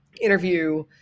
interview